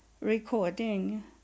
recording